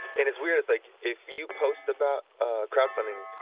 and it's weird, it's like, if you post about crowdfunding.